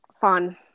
Fun